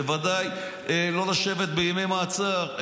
בוודאי לא לשבת בימי מעצר,